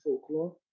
folklore